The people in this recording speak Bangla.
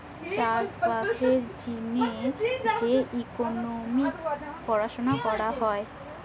চাষ বাসের জিনে যে ইকোনোমিক্স পড়াশুনা করা হয়